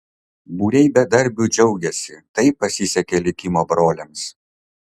būriai bedarbių džiaugiasi tai pasisekė likimo broliams